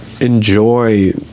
enjoy